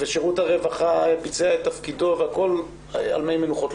ושירות הרווחה ביצע את תפקידו והכול על מי מנוחות,